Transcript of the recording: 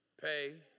pay